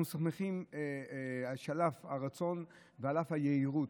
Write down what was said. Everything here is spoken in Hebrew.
אנחנו שמחים שעל אף הרצון ועל אף היהירות,